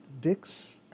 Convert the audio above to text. Dick's